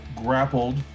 grappled